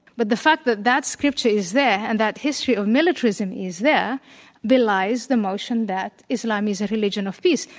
but the fact that that scripture is there and that history of militarism is there belies the motion that islam is a religion of peace.